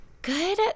Good